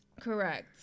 Correct